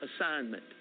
assignment